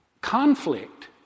conflict